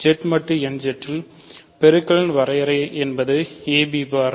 Z மட்டு n Z இல் பெருக்களின் வரையறை என்பது ab பார்